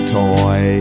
toy